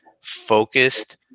focused